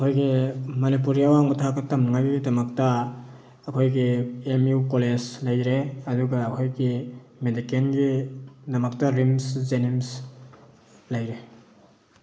ꯑꯩꯈꯣꯏꯒꯤ ꯃꯅꯤꯄꯨꯔꯤ ꯑꯋꯥꯡꯕ ꯊꯥꯛꯇ ꯇꯝꯅꯉꯥꯏ ꯒꯤꯗꯃꯛꯇ ꯑꯩꯈꯣꯏꯒꯤ ꯑꯦꯝ ꯏꯌꯨ ꯀꯣꯂꯦꯖ ꯂꯩꯔꯦ ꯑꯗꯨꯒ ꯑꯩꯈꯣꯏꯒꯤ ꯃꯦꯗꯤꯀꯦꯟꯒꯤꯗꯃꯛꯇ ꯔꯤꯝꯁ ꯖꯦꯅꯤꯝꯁ ꯂꯩꯔꯦ